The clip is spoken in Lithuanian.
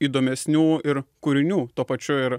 į įdomesnių ir kūrinių tuo pačiu ir